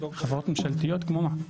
חברות ממשלתיות כמו מה?